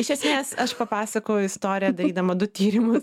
iš esmės aš papasakojau istoriją darydama du tyrimus